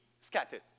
scattered